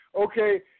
Okay